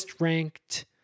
ranked